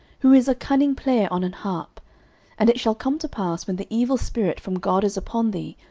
who is a cunning player on an harp and it shall come to pass, when the evil spirit from god is upon thee,